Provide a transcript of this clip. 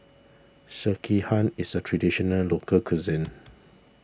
Sekihan is a Traditional Local Cuisine